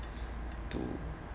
to